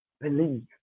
believe